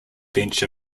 bench